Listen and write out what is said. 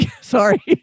Sorry